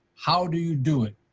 how do you do it,